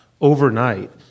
overnight